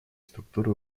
структуры